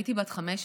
כשהייתי בת 15,